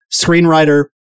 screenwriter